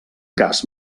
cas